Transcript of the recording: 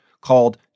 called